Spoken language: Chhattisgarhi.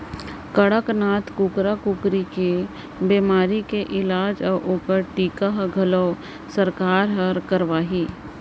कड़कनाथ कुकरा कुकरी के बेमारी के इलाज अउ ओकर टीका ल घलौ सरकार हर करवाही